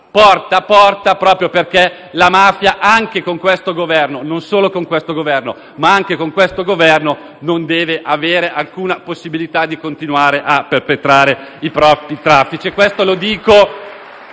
porta a porta, proprio perché la mafia, non solo con questo Governo, ma anche con questo Governo, non deve avere alcuna possibilità di continuare a perpetrare i propri traffici.